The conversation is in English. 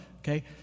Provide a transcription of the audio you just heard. Okay